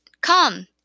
come